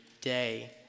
day